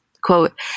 Quote